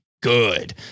good